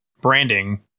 branding